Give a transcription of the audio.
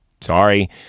Sorry